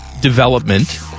development